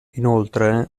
inoltre